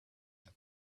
had